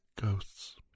ghosts